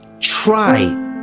try